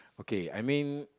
okay I mean